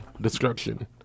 destruction